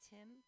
Tim